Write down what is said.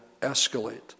escalate